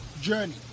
journey